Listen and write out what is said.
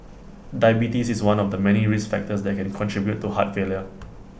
diabetes is one of the many risk factors that can contribute to heart failure